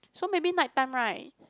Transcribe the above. so maybe night time right